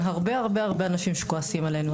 הרבה הרבה הרבה אנשים שכועסים עלינו.